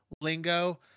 lingo